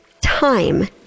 time